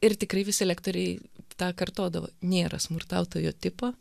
ir tikrai visi lektoriai tą kartodavo nėra smurtautojo tipo